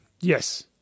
Yes